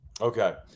Okay